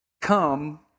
come